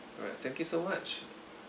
alright thank you so much